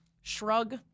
shrug